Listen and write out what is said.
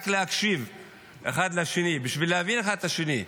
רק להקשיב אחד לשני, בשביל להבין אחד את השני.